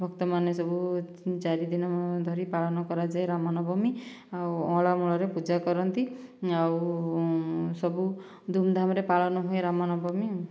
ଭକ୍ତମାନେ ସବୁ ତିନି ଚାରି ଦିନ ଧରି ପାଳନ କରାଯାଏ ରାମନବମୀ ଆଉ ଅଁଳା ମୂଳରେ ପୂଜା କରନ୍ତି ଆଉ ସବୁ ଧୁମ ଧାମରେ ପାଳନ ହୁଏ ରାମ ନବମୀ ଆଉ